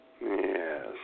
Yes